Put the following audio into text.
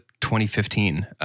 2015